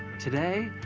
today,